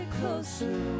closer